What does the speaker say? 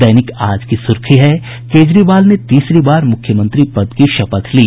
दैनिक आज की सुर्खी है केजरीवाल ने तीसरी बार मुख्यमंत्री पद की शपथ ली